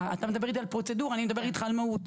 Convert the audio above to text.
אתה מדבר איתי על פרוצדורה ואני מדברת איתך על המהות.